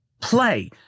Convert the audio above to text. play